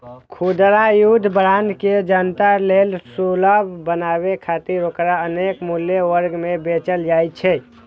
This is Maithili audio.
खुदरा युद्ध बांड के जनता लेल सुलभ बनाबै खातिर ओकरा अनेक मूल्य वर्ग मे बेचल जाइ छै